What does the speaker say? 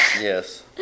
Yes